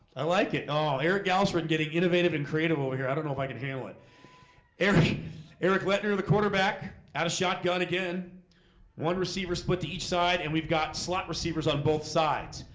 i like it oh, eric gordon getting innovative and creative over here, i don't know if i could handle it eric eric went near the quarterback out of shotgun again one receiver split to each side and we've got slot receivers on both sides.